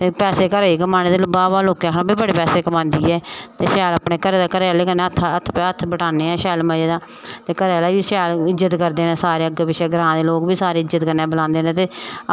ते पैसे घरै दे कमाने ते वाह् वाह् लोकें आखना भाई बड़े पैसे कमांदी ऐ ते शैल अपने घरै दा घरै आह्ले कन्नै हत्थ हत्थ हत्थ बटान्ने आं शैल मजे दा ते घरै आह्ले बी शैल इज्जत करदे न सारे अग्गें पिच्छें ग्रां दे लोक बी शैल इज्जत कन्नै बलांदे न ते